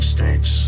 States